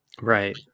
Right